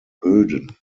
böden